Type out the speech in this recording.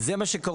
זה מה שקרוי,